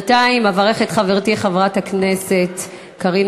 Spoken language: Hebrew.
בינתיים אברך את חברתי חברת הכנסת קארין